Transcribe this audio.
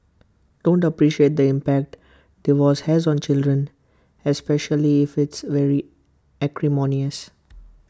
don't appreciate the impact divorce has on children especially if it's very acrimonious